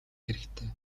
хэрэгтэй